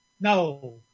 No